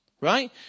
Right